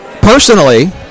personally